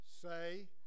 Say